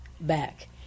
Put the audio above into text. back